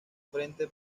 frente